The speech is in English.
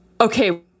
Okay